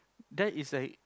that is like